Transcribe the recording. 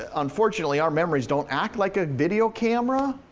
unfortunately, our memories don't act like a video camera,